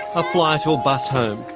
a flight or bus home,